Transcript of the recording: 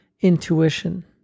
intuition